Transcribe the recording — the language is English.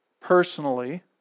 personally